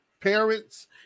parents